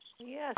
Yes